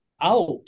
out